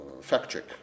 fact-check